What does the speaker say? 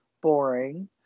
boring